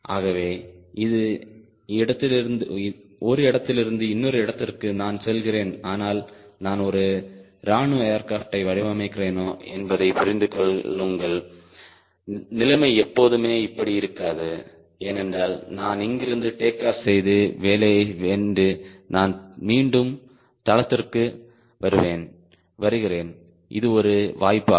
ஆகவே ஒரு இடத்திலிருந்து இன்னொரு இடத்திற்கு நான் செல்கிறேன் ஆனால் நான் ஒரு இராணுவ ஏர்கிராப்ட்டை வடிவமைக்கிறேனா என்பதை புரிந்து கொள்ளுங்கள் நிலைமை எப்போதுமே இப்படி இருக்காது ஏனென்றால் நான் இங்கிருந்து டேக் ஆஃப் செய்து வேலையை வென்று நான் மீண்டும் தளத்திற்கு வருகிறேன் இது ஒரு வாய்ப்பு ஆகும்